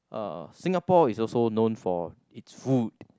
uh Singapore is also known for it's food